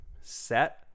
set